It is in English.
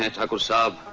ah thakur sir,